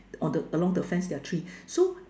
on the along the fence there are three so